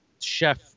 chef